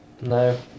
No